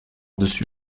dessus